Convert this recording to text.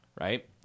Right